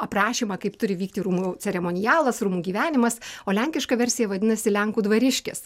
aprašymą kaip turi vykti rūmų ceremonialas rūmų gyvenimas o lenkiška versija vadinasi lenkų dvariškis